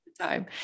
time